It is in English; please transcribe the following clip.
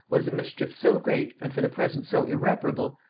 was a mischief so great, and for the present so irreparable,